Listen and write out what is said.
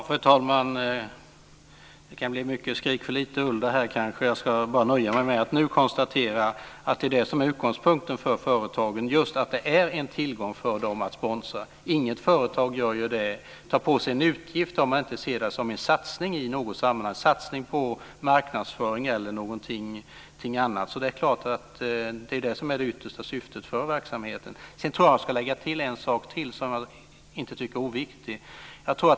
Fru talman! Det här kan kanske bli mycket skrik för lite ull. Jag ska bara nöja mig med att nu konstatera att utgångspunkten för företagen är att det är en tillgång för dem att sponsra. Inget företag tar på sig en utgift om det inte ser det som en satsning i något sammanhang. Det kan vara en satsning på marknadsföring eller någonting annat. Det är det yttersta syftet för verksamheten. Jag vill lägga till en sak som jag inte tror är oviktig.